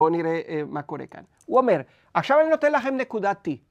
‫בואו נראה מה קורה כאן. הוא אומר, ‫עכשיו אני נותן לכם נקודת t